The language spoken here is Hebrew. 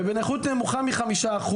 בנכות נמוכה מ-5%,